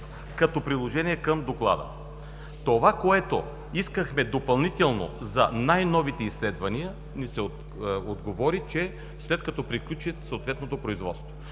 като приложения към доклада. Това, което искахме допълнително за най-новите изследвания, ни се отговори, че след като приключи съответното производство.